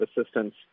assistance